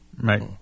Right